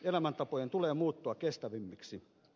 elämäntapojen tulee muuttua kestävämmiksi